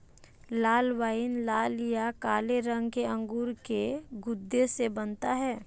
लाल wine लाल या काले रंग के अंगूर के गूदे से बनता है